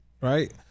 right